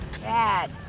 Bad